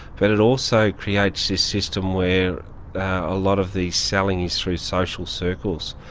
but it also creates this system where a lot of the selling is through social circles,